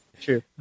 true